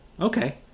okay